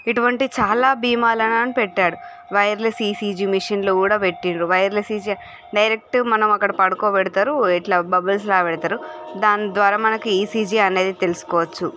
ఇటువంటి చాలా భీమాలను పెట్టాడు వైర్లెస్ ఈసీజీ మెషిన్లు కూడా పెట్టిండ్రు వైర్లెస్ ఈసీజి డైరెక్ట్ మనం అక్కడ పడుకోబెడ్తరు ఇట్లా బబుల్స్ లాగ పెడుతారు దాని ద్వారా మనకి ఈసీజీ అనేది తెలుసుకోవచ్చు